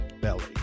belly